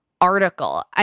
Article